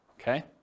okay